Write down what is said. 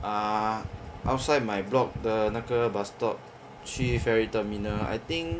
err outside my block 的那个 bus stop 去 ferry terminal I think